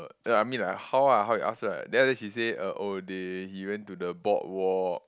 no I mean like how ah how you ask her right then after that she say uh oh they he went to the boardwalk